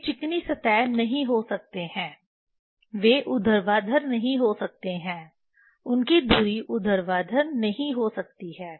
वे चिकनी सतह नहीं हो सकते हैं वे ऊर्ध्वाधर नहीं हो सकते हैं उनकी धुरी ऊर्ध्वाधर नहीं हो सकती है